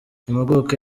impuguke